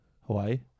Hawaii